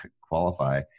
qualify